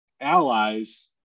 allies